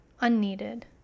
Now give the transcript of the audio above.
unneeded